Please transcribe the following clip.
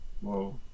Whoa